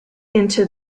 into